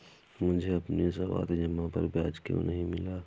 मुझे अपनी सावधि जमा पर ब्याज क्यो नहीं मिला?